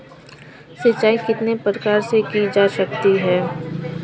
सिंचाई कितने प्रकार से की जा सकती है?